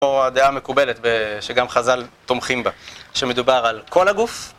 כמו הדעה המקובלת, שגם חזל תומכים בה, שמדובר על כל הגוף